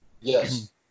Yes